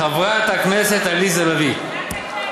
חברת הכנסת עליזה לביא.